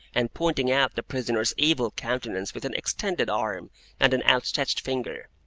and pointing out the prisoner's evil countenance with an extended arm and an outstretched finger.